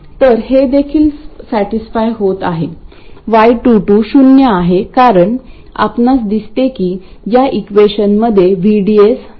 तर हे देखील सॅटिस्फाय होत आहे y22 शून्य आहे कारण आपणास दिसते की या इक्वेशनमध्ये VDS नाही